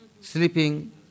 sleeping